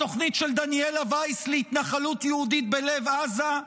התוכנית של דניאלה וייס להתנחלות יהודית בלב עזה?